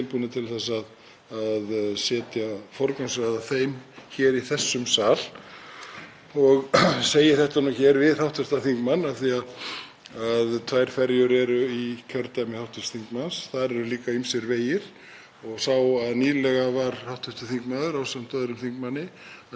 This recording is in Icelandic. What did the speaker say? að tvær ferjur eru í kjördæmi hv. þingmanns. Þar eru líka ýmsir vegir og ég sá að nýlega var hv. þingmaður ásamt öðrum þingmanni að leggja fram þingsályktunartillögu um að forgangsraða öðrum vegi hraðar og við þurfum þá að fá fjármuni, bæði í Suðurfjarðaveginn, sem ég er til í að fá sem fyrst,